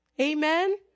Amen